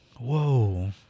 Whoa